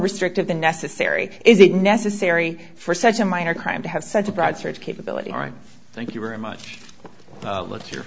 restrictive than necessary is it necessary for such a minor crime to have such a broad search capability thank you very much with your